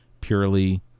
purely